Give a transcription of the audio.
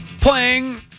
playing